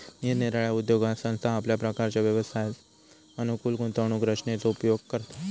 निरनिराळ्या उद्योगात संस्था आपल्या प्रकारच्या व्यवसायास अनुकूल गुंतवणूक रचनेचो उपयोग करता